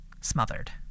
smothered